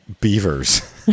beavers